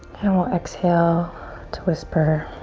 and we'll exhale to whisper